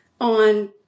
on